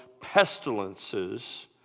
pestilences